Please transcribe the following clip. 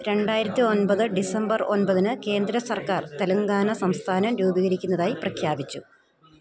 രണ്ടായിരത്തി ഒൻപത് ഡിസംബർ ഒൻപതിന് കേന്ദ്ര സർക്കാർ തെലങ്കാന സംസ്ഥാനം രൂപീകരിക്കുന്നതായി പ്രഖ്യാപിച്ചു